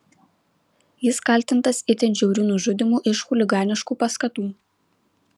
jis kaltintas itin žiauriu nužudymu iš chuliganiškų paskatų